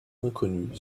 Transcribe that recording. inconnue